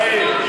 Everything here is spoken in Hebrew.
חיים,